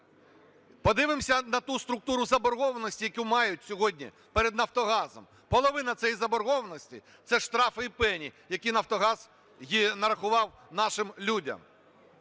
Подивимося на ту структуру заборгованості, яку мають сьогодні перед "Нафтогазом". Половина цієї заборгованості – це штрафи і пені, які "Нафтогаз" нарахував нашим людям.